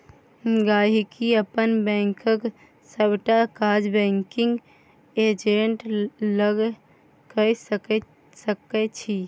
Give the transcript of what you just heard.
गांहिकी अपन बैंकक सबटा काज बैंकिग एजेंट लग कए सकै छै